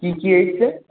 কী কী এসেছে